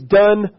done